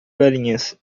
galinhas